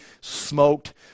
smoked